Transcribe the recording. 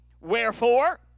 Wherefore